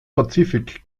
pazifik